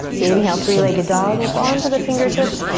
inhale, three-legged dog, claw into the fingertips.